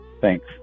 Thanks